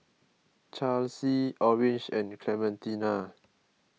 Charlsie Orange and Clementina